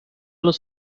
los